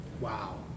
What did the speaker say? Wow